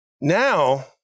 now